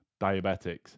diabetics